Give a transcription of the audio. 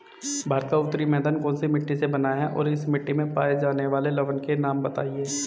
भारत का उत्तरी मैदान कौनसी मिट्टी से बना है और इस मिट्टी में पाए जाने वाले लवण के नाम बताइए?